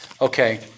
Okay